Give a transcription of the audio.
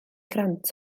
grant